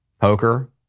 poker